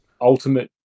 ultimate